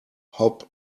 hop